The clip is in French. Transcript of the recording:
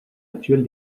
actuel